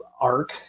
arc